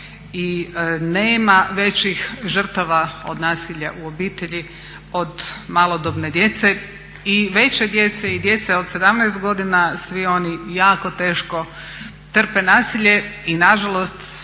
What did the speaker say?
i nema većih žrtava od nasilja u obitelji od malodobne djece i veće djece i djece od 17 godina. Svi oni jako teško trpe nasilje i na žalost